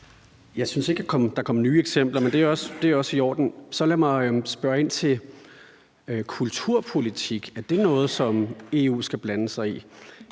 Jeg synes ikke, der kom nye eksempler, men det er også i orden. Så lad mig spørge ind til kulturpolitik. Er det noget, som EU skal blande sig i?